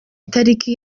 itariki